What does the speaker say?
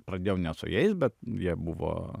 pradėjau ne su jais bet jie buvo